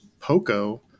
Poco